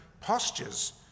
postures